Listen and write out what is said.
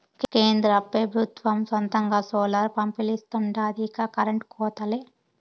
కేంద్ర పెబుత్వం సొంతంగా సోలార్ పంపిలిస్తాండాది ఇక కరెంటు కోతలే